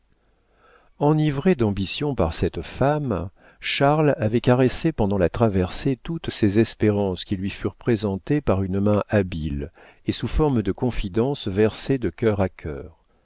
enivré d'ambition par cette femme charles avait caressé pendant la traversée toutes ces espérances qui lui furent présentées par une main habile et sous forme de confidences versées de cœur à cœur